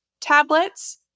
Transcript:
tablets